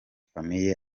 famille